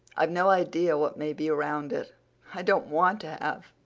i've no idea what may be around it i don't want to have.